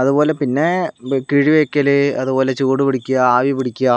അതുപോലെ പിന്നെ കിഴി വെക്കൽ അതുപോലെ ചൂടുപിടിക്കുക ആവി പിടിക്കുക